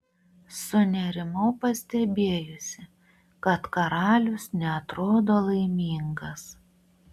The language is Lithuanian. sunerimau pastebėjusi kad karalius neatrodo laimingas